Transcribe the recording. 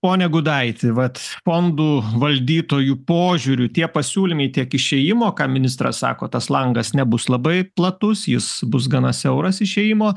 pone gudaiti vat fondų valdytojų požiūriu tie pasiūlymai tiek išėjimo ką ministras sako tas langas nebus labai platus jis bus gana siauras išėjimo